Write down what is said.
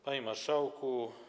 Panie Marszałku!